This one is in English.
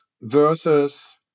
versus